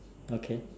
okay